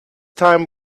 time